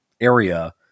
area